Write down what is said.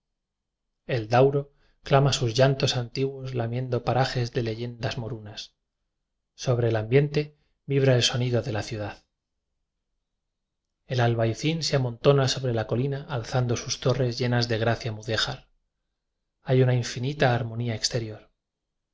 el dauro clama sus llantos antiguos la miendo parajes de leyendas morunas so bre el ambiente vibra el sonido de la ciudad el albayzín se amontona sobre la colina alzando sus torres llenas de gracia mude jar hay una infinita armonía exterior